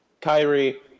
Kyrie